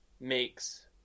makes